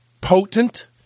potent—